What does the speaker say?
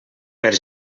per